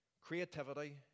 creativity